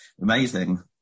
amazing